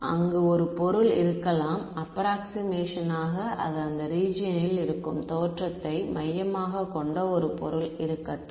அங்கு ஒரு பொருள் இருக்கலாம் அப்ராக்ஸிமேஷனாக அது அந்த ரிஜியனில் இருக்கும் தோற்றத்தை மையமாகக் கொண்ட ஒரு பொருள் இருக்கட்டும்